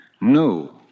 no